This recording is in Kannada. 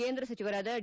ಕೇಂದ್ರ ಸಚಿವರಾದ ಡಿ